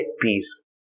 peace